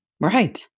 Right